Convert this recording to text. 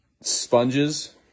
sponges